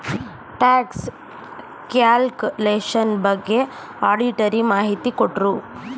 tax calculation ಬಗ್ಗೆ auditor ಮಾಹಿತಿ ಕೊಟ್ರು